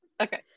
Okay